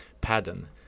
pattern